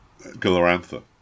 Glorantha